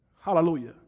Hallelujah